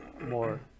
more